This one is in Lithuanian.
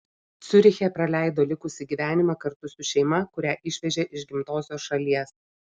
ciuriche praleido likusį gyvenimą kartu su šeima kurią išvežė iš gimtosios šalies